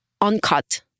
uncut